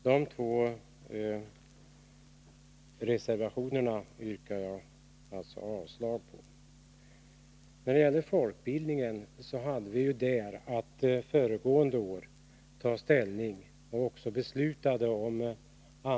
De två reservationerna yrkar jag alltså avslag på. Vi fattade förra året beslut om nya regler beträffande folkbildningen.